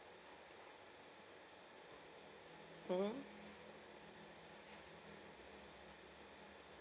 mmhmm